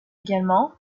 également